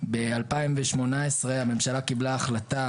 ב-2018 הממשלה קיבלה החלטה,